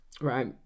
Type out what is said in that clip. Right